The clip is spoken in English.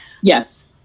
Yes